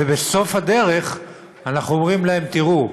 ובסוף הדרך אנחנו אומרים להם: תראו,